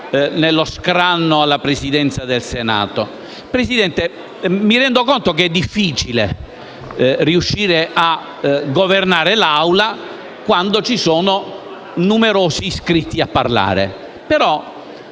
Presidente, mi rendo conto che è difficile riuscire a governare l'Assemblea quando ci sono numerosi iscritti a parlare.